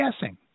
guessing